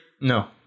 No